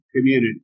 community